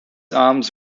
arms